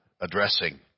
addressing